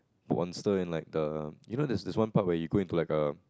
monster and like the you know there's there's one part where you go into like a